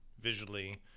visually